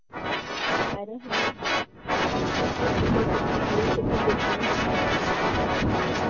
अरे हम लोग दस किलो तक चाहिए तो कुछ डिस्काउंट्स नहीं होगा